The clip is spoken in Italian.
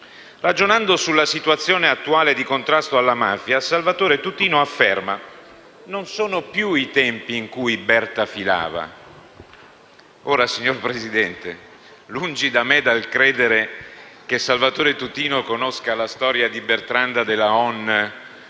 Ragionando sulla situazione attuale di contrasto alla mafia Vittorio Tutino afferma: «Non sono più i tempi in cui Berta filava». Signor Presidente, lungi da me il credere che Vittorio Tutino conosca la storia di Bertrada di Laon,